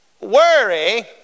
Worry